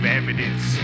evidence